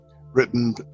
Written